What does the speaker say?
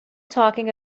talking